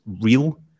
real